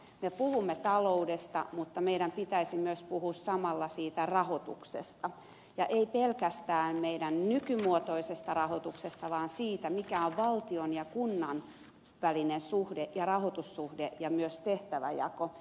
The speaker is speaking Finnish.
me puhumme taloudesta mutta meidän pitäisi myös puhua samalla siitä rahoituksesta ja ei pelkästään meidän nykymuotoisesta rahoituksestamme vaan siitä mikä on valtion ja kunnan välinen suhde ja rahoitussuhde ja myös tehtävänjako